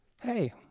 Hey